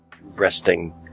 Resting